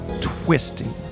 twisting